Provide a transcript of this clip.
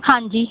ਹਾਂਜੀ